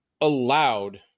allowed